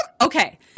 Okay